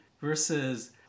versus